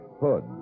hood